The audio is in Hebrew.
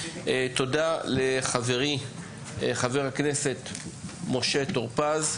תודה לחברי, חבר הכנסת משה טור פז,